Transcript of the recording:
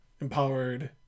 empowered